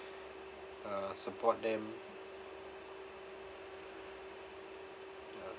uh support them uh